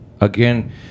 again